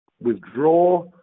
withdraw